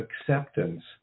acceptance